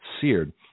seared